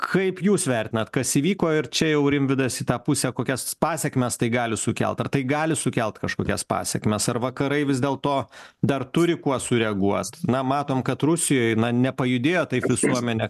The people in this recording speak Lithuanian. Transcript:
kaip jūs vertinat kas įvyko ir čia jau rimvydas į tą pusę kokias pasekmes tai gali sukelt ar tai gali sukelti kažkokias pasekmes ar vakarai vis dėlto dar turi kuo sureaguos na matom kad rusijoj nepajudėjo taip visuomenė